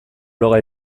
bloga